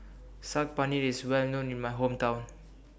Saag Paneer IS Well known in My Hometown